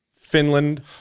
finland